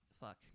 Fuck